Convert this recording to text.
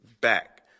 back